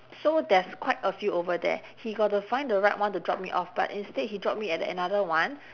so there's quite a few over there he got to find the right one to drop me off but instead he drop me at another one